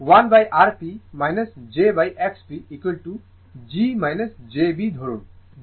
সুতরাং 1Rp jXP g j b ধরুন